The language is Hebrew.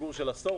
פיגור של עשור,